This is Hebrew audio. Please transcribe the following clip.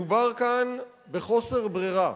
מדובר כאן בחוסר ברירה.